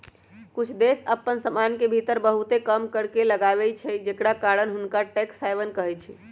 कुछ देश अप्पन सीमान के भीतर बहुते कम कर लगाबै छइ जेकरा कारण हुंनका टैक्स हैवन कहइ छै